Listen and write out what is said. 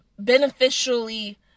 beneficially